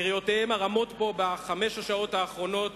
קריאותיהם הרמות פה בחמש השעות האחרונות,